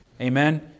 Amen